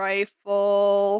Rifle